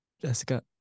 Jessica